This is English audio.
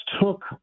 took